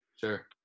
Sure